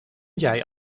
jij